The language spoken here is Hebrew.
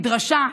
מדרשה,